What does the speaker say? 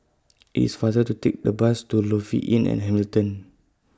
IT IS faster to Take The Bus to Lofi Inn At Hamilton